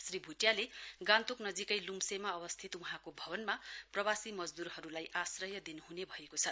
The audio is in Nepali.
श्री भुटियाले गान्तोक नजीकै लुम्सेमा अवस्थित वहाँको भवनमा प्रवासी मजदूरहरुलाई आश्रय दिनु हुने भएके छ